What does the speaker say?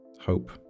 hope